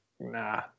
nah